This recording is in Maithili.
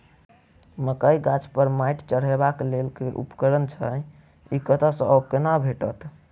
मकई गाछ पर मैंट चढ़ेबाक लेल केँ उपकरण छै? ई कतह सऽ आ कोना भेटत?